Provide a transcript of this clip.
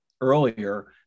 earlier